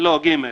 לא, (ג).